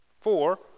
Four